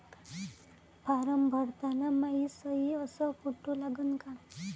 Form भरताना मायी सयी अस फोटो लागन का?